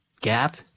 Gap